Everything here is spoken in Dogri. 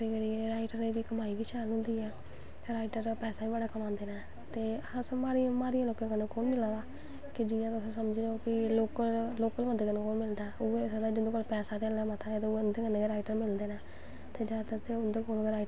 ते एह् ऐ कि अज्ज कल डिमांड़ बड़ी ऐ अज्ज कल बडड्डे बड्डे सैलिब्रिटी नै ओह् बी आखदे कि असैं कपड़ा शैल बंदे कोला दा स्याना कपड़ा शैल सीगे अच्छा सिक्खे दा होग ओह् बी कपड़े अच्चे स्यांदे उंदे कोला दा